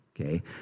okay